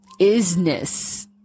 isness